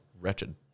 wretched